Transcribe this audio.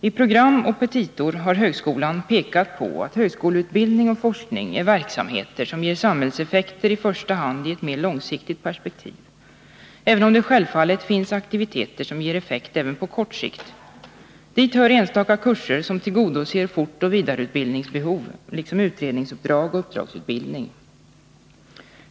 I program och petita har högskolan pekat på att högskoleutbildning och forskning är verksamheter som ger samhällseffekter i första hand i ett mer långsiktigt perspektiv, även om det självfallet finns aktiviteter som ger effekt även på kort sikt. Dit hör enstaka kurser som tillgodoser fortoch vidareutbildningsbehov, liksom utredningsuppdrag och uppdragsutbildning.